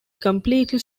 completely